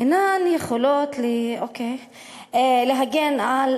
אינן יכולות להגן על